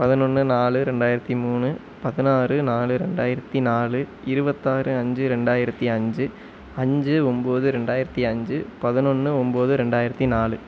பதினொன்று நாலு ரெண்டாயிரத்து மூணு பதினாறு நாலு ரெண்டாயிரத்து நாலு இருபத்தாறு அஞ்சு ரெண்டாயிரத்து அஞ்சு அஞ்சு ஒம்பது ரெண்டாயிரத்து அஞ்சு பதினொன்று ஒம்பது ரெண்டாயிரத்து நாலு